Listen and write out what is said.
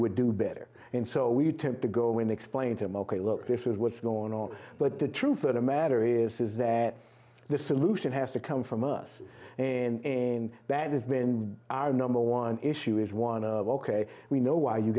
would do better and so we tend to go and explain to him ok look this is what's going on but the truth of the matter is is that the solution has to come from us and that has been our number one issue is one of ok we know why you